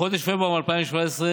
בחודש פברואר 2017,